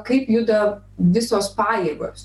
kaip juda visos pajėgos